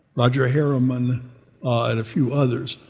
roger hilsman and a few others.